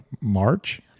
March